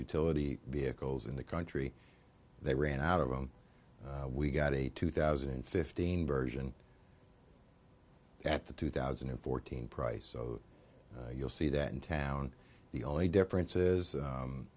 utility vehicles in the country they ran out of room we got a two thousand and fifteen version at the two thousand and fourteen price so you'll see that in town the only difference is